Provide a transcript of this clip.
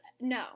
No